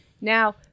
Now